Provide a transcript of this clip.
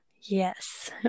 Yes